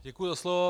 Děkuji za slovo.